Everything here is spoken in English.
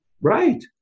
Right